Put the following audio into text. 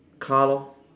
car lor